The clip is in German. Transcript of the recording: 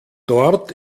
dort